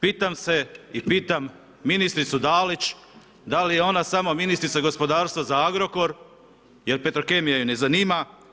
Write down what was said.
Pitam se i pitam ministricu Dalić, da li je ona samo ministrica gospodarstva za Agrokor jer Petrokemija je ne zanima?